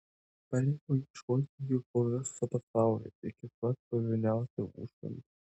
paliepiau ieškoti jų po visą pasaulį iki pat purviniausio užkampio